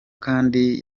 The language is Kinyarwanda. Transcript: kandi